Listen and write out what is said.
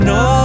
no